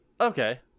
Okay